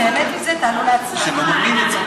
העליתי, תעלו להצבעה.